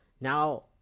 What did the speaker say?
now